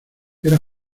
era